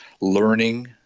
learning